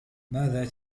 ماذا